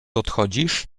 odchodzisz